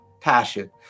passion